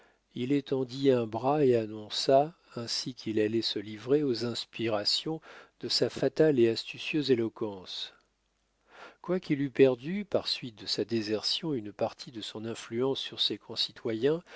il étendit un bras et annonça ainsi qu'il allait se livrer aux inspirations de sa fatale et astucieuse éloquence quoiqu'il eût perdu par suite de sa désertion une partie de son influence sur ses concitoyens